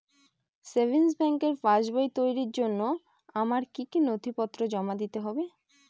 Savings ব্যাংকের পাসবই তৈরির জন্য আমার কি কি নথিপত্র জমা দিতে হবে?